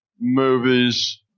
movies